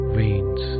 veins